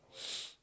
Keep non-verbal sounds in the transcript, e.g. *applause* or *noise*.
*noise*